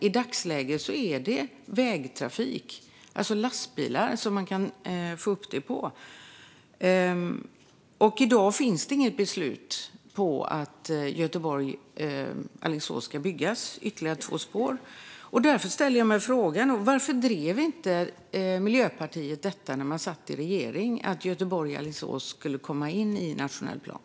I dagsläget är det vägtrafik, alltså lastbilar, som kan ta det. I dag finns inget beslut om att Göteborg-Alingsås ska få ytterligare två spår. Därför frågar jag mig varför Miljöpartiet inte drev på när man satt i regering för att Göteborg-Alingsås skulle komma in i nationell plan.